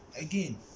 Again